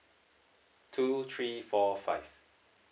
two three four five